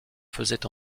faisait